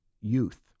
youth